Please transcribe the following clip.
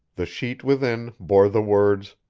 the sheet within bore the words